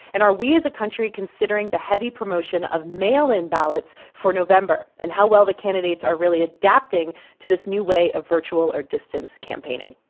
and are we as a country considering the heavy promotion of mail-in ballots for november and how well the candidates are really adapting to this new way of virtual or distance campaigning?